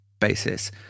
basis